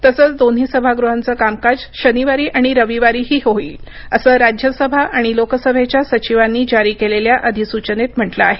तसंच दोन्ही सभागृहांचं कामकाज शनिवारी आणि रविवारीही होईल असं राज्यसभा आणि लोकसभेच्या सचिवांनी जारी केलेल्या अधिसूचनेत म्हटलं आहे